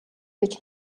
гэж